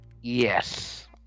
Yes